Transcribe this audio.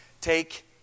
Take